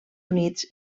units